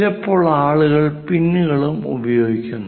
ചിലപ്പോൾ ആളുകൾ പിന്നുകളും ഉപയോഗിക്കുന്നു